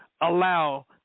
allow